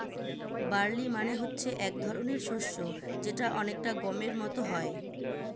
barley মানে হচ্ছে এক ধরনের শস্য যেটা অনেকটা গমের মত হয়